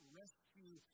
rescue